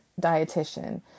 dietitian